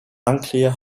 unclear